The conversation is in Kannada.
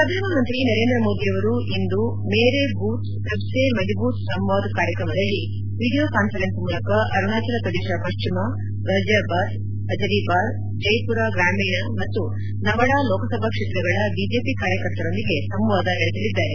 ಪ್ರಧಾನಮಂತ್ರಿ ನರೇಂದ್ರ ಮೋದಿ ಅವರು ಇಂದು ಮೇರೇ ಬೂತ್ ಸಬ್ಸೆ ಮಜ್ಬೂತ್ ಸಂವಾದ್ ಕಾರ್ಯಕ್ರಮದಡಿ ವೀಡಿಯೋ ಕಾನ್ವರೆನ್ಸ್ ಮೂಲಕ ಅರುಣಾಚಲ ಪಶ್ಲಿಮ ಗಾಜಿಯಾಬಾದ್ ಪಜರಿಬಾರ್ ಜೈಪುರ ಗ್ರಾಮೀಣ ಮತ್ತು ನವಡಾ ಲೋಕಸಭಾ ಕ್ಷೇತ್ರಗಳ ಬಿಜೆಪಿ ಕಾರ್ಯಕರ್ತರೊಂದಿಗೆ ಸಂವಾದ ನಡೆಸಲಿದ್ದಾರೆ